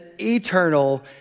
eternal